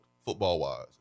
football-wise